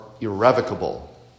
irrevocable